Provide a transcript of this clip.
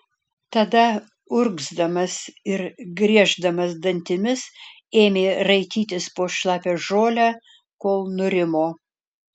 tada urgzdamas ir grieždamas dantimis ėmė raitytis po šlapią žolę kol nurimo